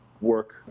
work